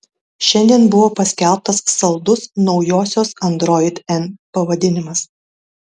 šiandien buvo paskelbtas saldus naujosios android n pavadinimas